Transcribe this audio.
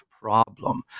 problem